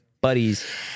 buddies